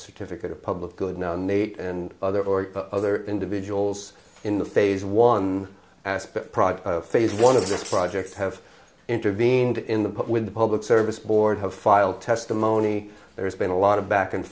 certificate of public good no nate and other or other individuals in the phase one aspect project phase one of this project have intervened in the put with the public service board have filed testimony there's been a lot of back and